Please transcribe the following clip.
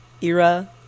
era